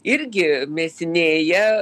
irgi mėsinėja